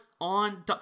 on